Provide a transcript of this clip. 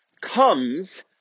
comes